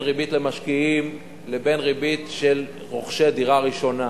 ריבית למשקיעים לבין ריבית לרוכשי דירה ראשונה.